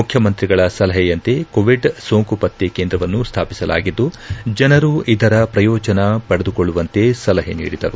ಮುಖ್ಯಮಂತ್ರಿಗಳ ಸಲಹೆಯಂತೆ ಕೋವಿಡ್ ಸೋಂಕು ಪತ್ತೆ ಕೇಂದ್ರವನ್ನು ಸ್ಥಾಪಿಸಲಾಗಿದ್ದು ಜನರು ಇದರ ಪ್ರಯೋಜನ ಪಡೆದುಕೊಳ್ಳುವಂತೆ ಸಲಹೆ ನೀಡಿದರು